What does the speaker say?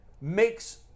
makes